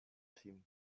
team